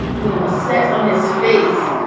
you know, sets on his face